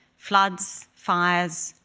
floods, fires,